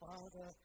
Father